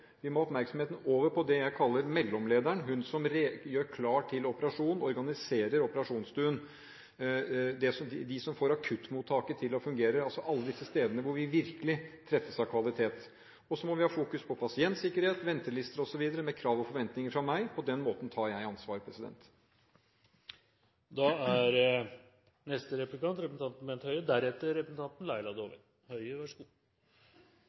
vi har hatt for mye oppmerksomhet borte fra det. Vi må ha oppmerksomheten over på det jeg kaller mellomlederne: de som gjør klart til operasjon, organiserer operasjonsstuen, de som får akuttmottaket til å fungere – alle disse stedene hvor vi virkelig treffes av kvalitet. Vi må fokusere på pasientsikkerhet, ventelister osv., med krav og forventninger fra meg. På den måten tar jeg ansvar.